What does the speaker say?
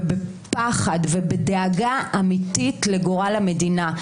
בפחד ובדאגה אמיתית לגורל המדינה.